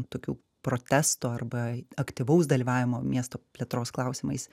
tokių protestų arba aktyvaus dalyvavimo miesto plėtros klausimais